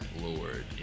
Lord